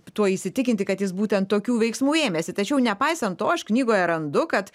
tuo įsitikinti kad jis būtent tokių veiksmų ėmėsi tačiau nepaisant to aš knygoje randu kad